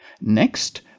Next